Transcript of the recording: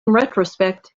retrospect